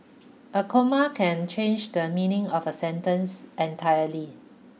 a comma can change the meaning of a sentence entirely